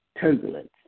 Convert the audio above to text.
turbulence